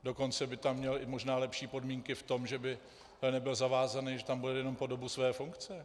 Dokonce by tam měl i možná lepší podmínky v tom, že by nebyl zavázán, že tam bude jenom po dobu své funkce.